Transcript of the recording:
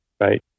right